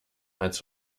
als